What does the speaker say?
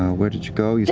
where did you go?